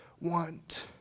want